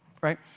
right